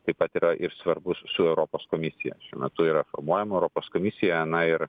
taip pat yra ir svarbus su europos komisija šiuo metu yra formuojama europos komisija na ir